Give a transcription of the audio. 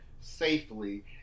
safely